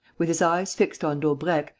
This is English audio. with his eyes fixed on daubrecq,